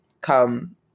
Come